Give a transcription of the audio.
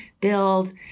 build